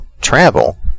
travel